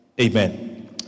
Amen